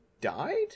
died